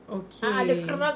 okay